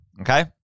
okay